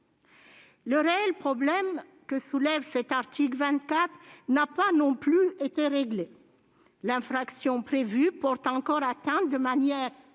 Le réel problème que soulève l'article 24 n'a cependant pas été réglé. L'infraction prévue porte encore atteinte de manière